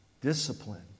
discipline